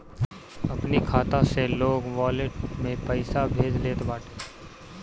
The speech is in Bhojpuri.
अपनी खाता से लोग वालेट में पईसा भेज लेत बाटे